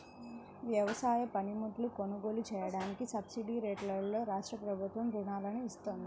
వ్యవసాయ పనిముట్లు కొనుగోలు చెయ్యడానికి సబ్సిడీరేట్లలో రాష్ట్రప్రభుత్వం రుణాలను ఇత్తంది